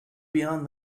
beyond